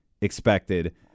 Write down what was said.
expected